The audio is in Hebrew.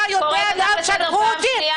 אתה יודע לאן שלחו אותי?